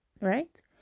right